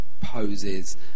poses